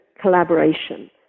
collaboration